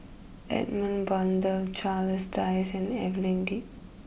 Edmund Blundell Charles Dyce and Evelyn Lip